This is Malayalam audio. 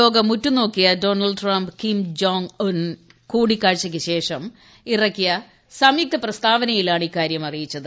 ലോകം ഉറ്റുനോക്കിയ Donald Trump Kim Jong Un കൂടിക്കാഴ്ചയ്ക്ക് ശേഷം ഇറക്കിയ സംയുക്ത പ്രസ്താവനയിലാണ് ഇക്കാരൃം അറിയിച്ചത്